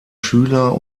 schüler